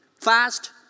fast